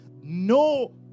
No